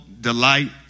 delight